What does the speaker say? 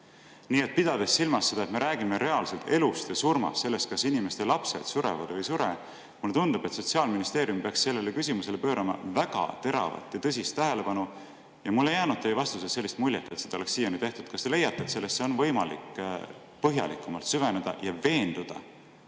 Nii et pidades silmas seda, et me räägime reaalselt elust ja surmast, sellest, kas lapsed surevad või ei sure, mulle tundub, et Sotsiaalministeerium peaks sellele küsimusele pöörama väga teravat ja tõsist tähelepanu. Mulle ei jäänud teie vastusest sellist muljet, et seda oleks siiani tehtud. Kas te leiate, et sellesse on võimalik põhjalikumalt süveneda ja veenduda,